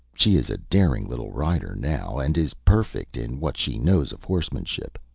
she is a daring little rider, now, and is perfect in what she knows of horsemanship.